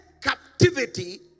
captivity